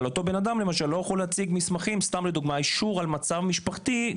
אבל הוא לא יכול להגיש מסמכים ואישור על מצב משפחתי,